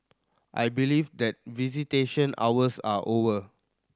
I believe that visitation hours are over